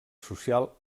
social